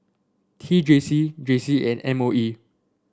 T J C J C and M O E